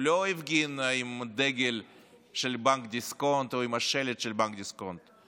הוא לא הפגין עם דגל של בנק דיסקונט או עם השלט של בנק דיסקונט,